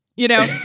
you know?